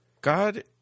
God